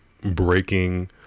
breaking